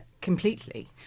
completely